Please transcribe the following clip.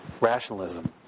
Rationalism